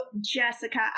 jessica